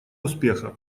успеха